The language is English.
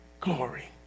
glory